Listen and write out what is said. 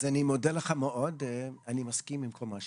אז אני מודה לך מאוד, ואני מסכים עם כל מה שאמרת.